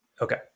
Okay